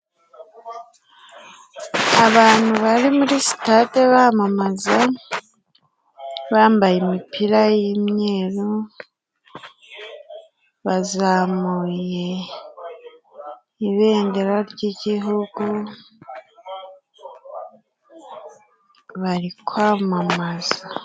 Abantu bari muri sitade bamamaza bambaye imipira y'imyeru bazamuye ibendera ry'igihugu bari kwamamaza.